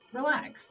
relax